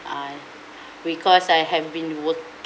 I because I have been work